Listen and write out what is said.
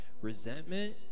resentment